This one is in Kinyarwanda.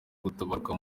gutabaruka